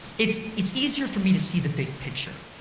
it's it's easier for me to see the big picture.